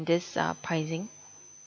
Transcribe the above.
this uh pricing